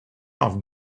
off